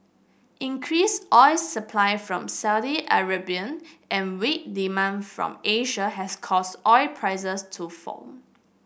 increased oil supply from Saudi Arabia and weak demand from Asia has caused oil prices to fall